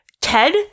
Ted